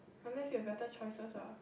unless you have better choices lah